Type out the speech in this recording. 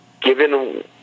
given